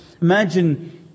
Imagine